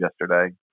yesterday